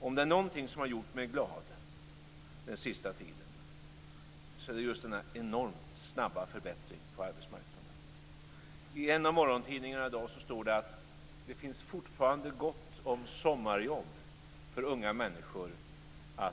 Om det är någonting som har gjort mig glad den sista tiden, så är det just den enormt snabba förbättringen på arbetsmarknaden. I en av morgontidningarna i dag står det att det fortfarande finns gott om sommarjobb att söka för unga människor.